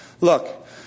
look